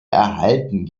erhalten